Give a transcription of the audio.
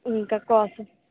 ఇంకా కాఫీ